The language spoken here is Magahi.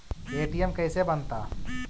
ए.टी.एम कैसे बनता?